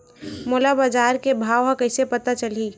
मोला बजार के भाव ह कइसे पता चलही?